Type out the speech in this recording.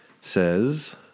says